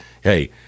hey